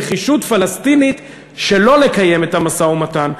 נחישות פלסטינית שלא לקיים את המשא-ומתן.